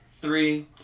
Three